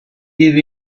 give